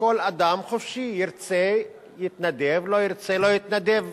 כל אדם חופשי, ירצה, יתנדב, לא ירצה, לא יתנדב,